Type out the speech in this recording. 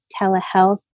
telehealth